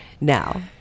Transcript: now